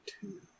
two